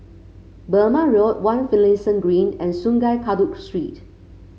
Burmah Road One Finlayson Green and Sungei Kadut Street